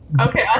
Okay